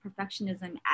perfectionism